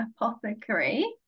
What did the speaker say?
Apothecary